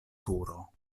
turo